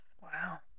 Wow